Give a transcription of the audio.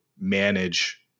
manage